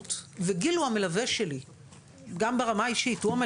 הגוף שלו לא יכול להתמודד עם כמות כזאת של תרופות.